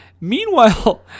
Meanwhile